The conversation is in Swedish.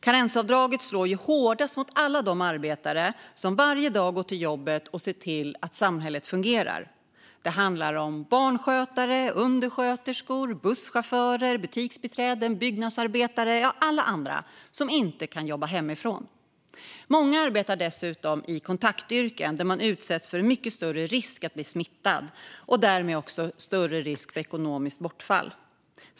Karensavdraget slår hårdast mot alla de arbetare som varje dag går till jobbet och ser till att samhället fungerar. Det handlar om barnskötare, undersköterskor, busschaufförer, butiksbiträden, byggnadsarbetare och alla andra som inte kan jobba hemifrån. Många arbetar dessutom i kontaktyrken, där man utsätts för en mycket större risk att bli smittad och därmed också löper större risk för ekonomiskt bortfall.